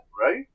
right